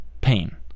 pain